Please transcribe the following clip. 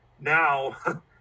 now